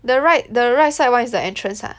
the right the right side [one] is the entrance ha